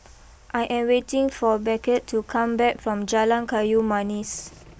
I am waiting for Beckett to come back from Jalan Kayu Manis